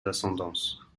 ascendances